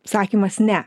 sakymas ne